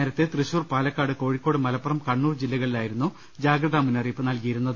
നേരത്തെ തൃശൂർ പാല ക്കാട് കോഴിക്കോട് മലപ്പുറം കണ്ണൂർ ജില്ലകളിലായിരുന്നു ജാഗ്രതാ മുന്നറിയിപ്പ് നൽകിയിരുന്നത്